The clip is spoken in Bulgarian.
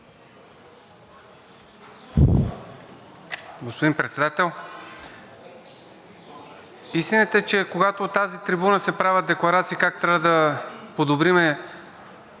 Господин Председател, истината е, че когато от тази трибуна се правят декларации как трябва да подобрим